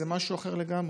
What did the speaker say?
זה משהו אחר לגמרי.